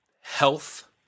health